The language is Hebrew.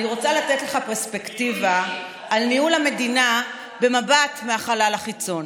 אני רוצה לתת לך פרספקטיבה על ניהול המדינה במבט מהחלל החיצון.